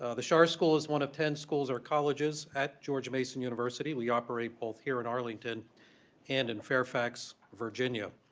ah the charter school is one of ten schools or colleges at george mason university. we operate both here in arlington and in fairfax, virginia.